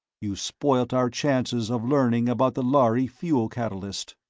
you spoilt our chances of learning about the lhari fuel catalyst.